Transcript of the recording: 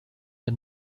der